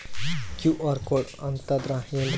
QR code ಅಂತಂದ್ರ ಏನ್ರೀ?